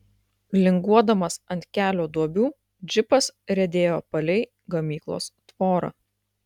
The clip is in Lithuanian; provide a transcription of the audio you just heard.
linguodamas ant kelio duobių džipas riedėjo palei gamyklos tvorą